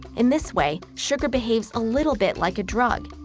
in this way, sugar behaves a little bit like a drug.